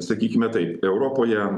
sakykime tai europoje